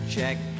Check